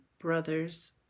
brothers